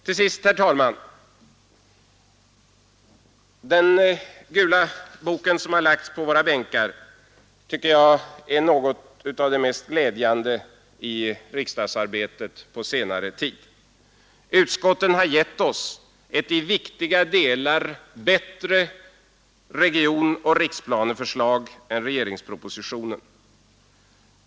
Till sist, herr talman, tycker jag att den gula bok som har lagts på våra bänkar är något av det mest glädjande i riksdagsarbetet på senare tid. Utskotten har givit oss ett i viktiga delar bättre regionoch riksplaneförslag än regeringspropositionen.